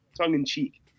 tongue-in-cheek